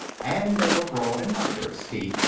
and they were broad and not very steep,